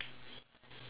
alright